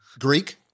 Greek